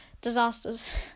disasters